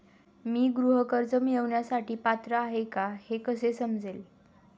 मी गृह कर्ज मिळवण्यासाठी पात्र आहे का हे कसे समजेल?